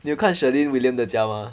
你有看 shirlene william 的家吗